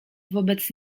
wobec